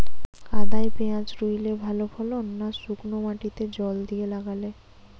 কাদায় পেঁয়াজ রুইলে ভালো ফলন না শুক্নো মাটিতে জল দিয়ে লাগালে?